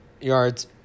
Yards